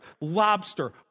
lobster